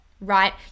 right